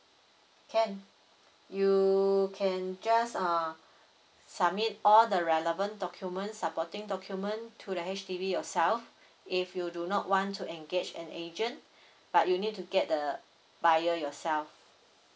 can you can just uh submit all the relevant document supporting document to the H_D_B yourself if you do not want to engage an agent but you need to get the buyer yourself